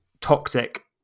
toxic